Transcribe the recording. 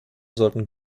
sollten